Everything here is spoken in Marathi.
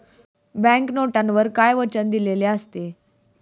बँक नोटवर काय वचन दिलेले असते?